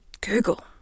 google